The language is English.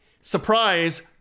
surprise